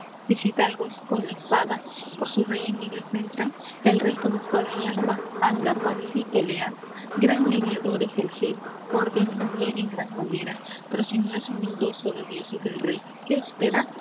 fidalgos con la espada por su rey en lides entran el rey con espada y alma anda padece y pelea gran lidiador es el cid fuerte y noble en gran manera pero si no es homildoso de dios y del rey qué espera